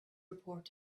report